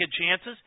chances